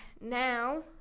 now